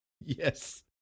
yes